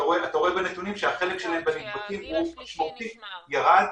שהחלק שלהם בנדבקים הוא משמעותית ירד.